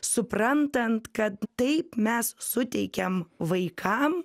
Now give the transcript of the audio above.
suprantant kad taip mes suteikiam vaikam